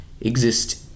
exist